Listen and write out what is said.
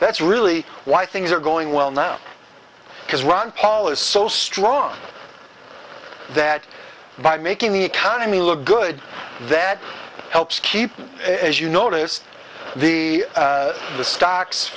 that's really why things are going well now because ron paul is so strong that by making the economy look good that helps keep it as you noticed the the stocks